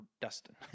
Dustin